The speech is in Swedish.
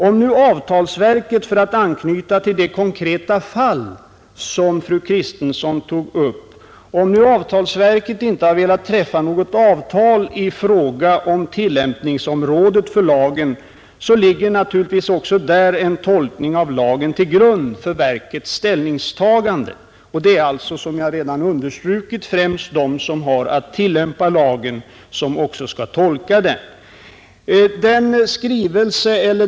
Om nu avtalsverket — för att anknyta till de konkreta fall som fru Kristensson tog upp — inte har velat träffa något avtal i fråga om tillämpningsområdet för lagen, ligger det naturligtvis en tolkning av lagen till grund också för verkets ställningstagande. Och det är alltså, såsom jag poängterade, främst de som har att tillämpa lagen som också skall tolka den.